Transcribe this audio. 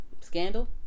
Scandal